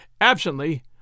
Absently